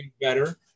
better